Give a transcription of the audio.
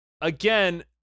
again